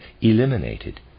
eliminated